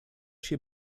się